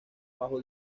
bajo